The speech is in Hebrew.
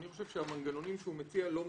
אני חושב שהמנגנונים שהוא מציע לא מספיקים.